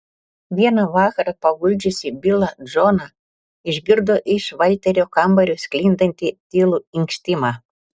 vieną vakarą paguldžiusi bilą džoną išgirdo iš valterio kambario sklindantį tylų inkštimą